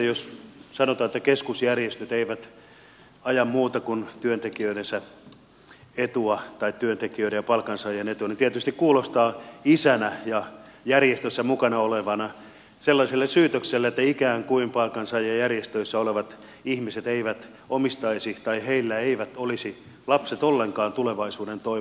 jos sanotaan että keskusjärjestöt eivät aja muuta kuin työntekijöidensä etua tai työntekijöiden ja palkansaajien etua niin tietysti se kuulostaa isänä ja järjestöissä mukana olevana sellaiselta syytökseltä että ikään kuin palkansaajajärjestöissä olevilla ihmisillä eivät olisi lapset ollenkaan tulevaisuuden toivo